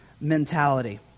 mentality